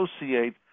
associate